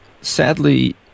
sadly